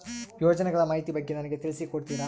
ಯೋಜನೆಗಳ ಮಾಹಿತಿ ಬಗ್ಗೆ ನನಗೆ ತಿಳಿಸಿ ಕೊಡ್ತೇರಾ?